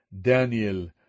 Daniel